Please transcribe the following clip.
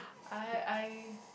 I I